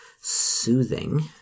soothing